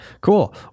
Cool